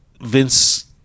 Vince